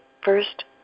first